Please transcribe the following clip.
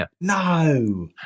No